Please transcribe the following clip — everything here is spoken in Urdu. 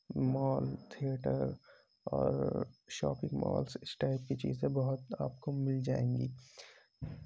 مال تھئیٹر اور شاپنگ مالس اس ٹائپ کی چیزیں بہت آپ کو مل جائیں گی